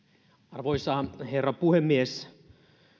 arvoisa herra puhemies